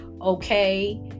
Okay